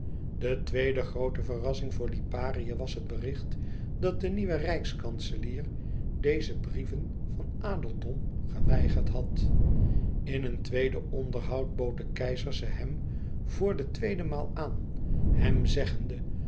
de tweede groote verrassing voor liparië was het bericht dat de nieuwe rijkskanselier deze brieven van adeldom geweigerd had in een tweede onderhoud bood de keizer ze hem voor de tweede maal aan hem zeggende